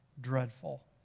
dreadful